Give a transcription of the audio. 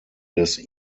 des